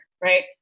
Right